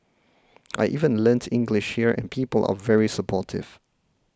I even learnt English here and people are very supportive